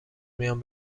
میان